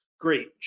Great